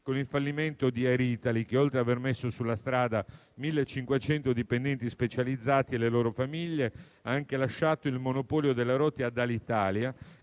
con il fallimento di Air Italy che, oltre ad aver messo sulla strada 1.500 dipendenti specializzati e le loro famiglie, ha anche lasciato il monopolio delle rotte ad Alitalia,